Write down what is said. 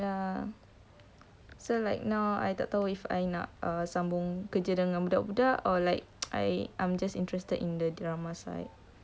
ya so like now I tak tahu if I nak sambung kerja dengan budak-budak or like I I'm just interested in the dramas side